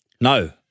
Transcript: No